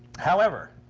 however,